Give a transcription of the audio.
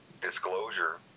disclosure